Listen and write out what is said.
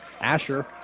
Asher